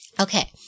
Okay